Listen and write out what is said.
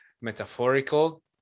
metaphorical